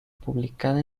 publicada